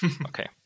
Okay